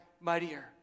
mightier